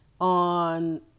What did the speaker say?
on